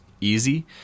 easy